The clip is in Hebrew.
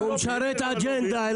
הוא משרת את האג'נדה.